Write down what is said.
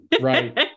right